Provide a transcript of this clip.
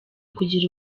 kugira